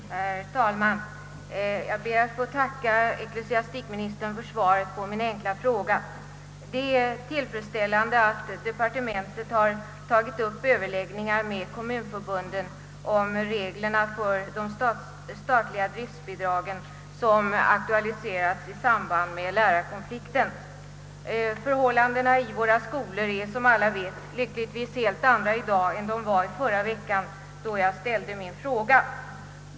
Herr talman! Jag ber att få tacka ecklesiastikministern för svaret på min enkla fråga. Det är tillfredsställande att departementet har tagit upp överläggningar med kommunförbunden om reglerna för de statliga driftbidragen, vilka aktualiserats i samband med lärarkonflikten. Förhållandena i våra skolor är, såsom alla vet, lyckligtvis helt andra i dag än de var i förra veckan när jag ställde min fråga.